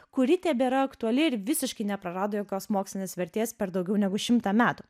kuri tebėra aktuali ir visiškai neprarado jokios mokslinės vertės per daugiau negu šimtą metų